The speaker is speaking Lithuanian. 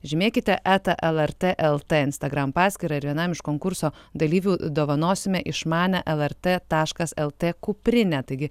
žymėkite eta lrt lt instagram paskyrą ir vienam iš konkurso dalyvių dovanosime išmanią lrt taškas lt kuprinę taigi